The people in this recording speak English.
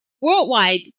Worldwide